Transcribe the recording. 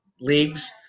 leagues